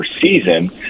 season